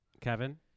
Kevin